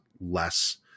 less